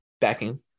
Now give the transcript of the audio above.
backing